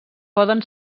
poden